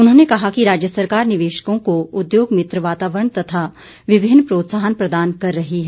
उन्होंने कहा कि राज्य सरकार निवेशकों को उद्योग मित्र वातावरण तथा विभिन्न प्रोत्साहन प्रदान कर रही है